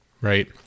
right